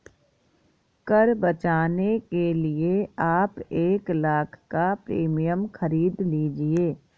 कर बचाने के लिए आप एक लाख़ का प्रीमियम खरीद लीजिए